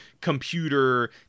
computer